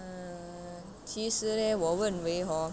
err 其实咧我认为 hor